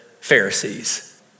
Pharisees